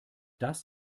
das